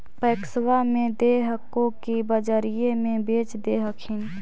पैक्सबा मे दे हको की बजरिये मे बेच दे हखिन?